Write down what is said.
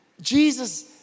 Jesus